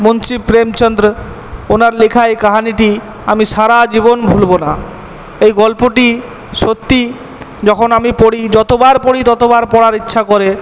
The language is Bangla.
মুন্সি প্রেমচন্দ্র ওনার লেখা এই কাহিনীটি আমি সারা জীবন ভুলবো না এই গল্পটি সত্যি যখন আমি পড়ি যতোবার পড়ি ততবার পড়ার ইচ্ছা করে